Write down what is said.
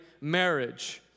marriage